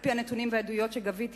על-פי הנתונים והעדויות שגביתי,